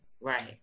right